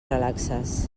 relaxes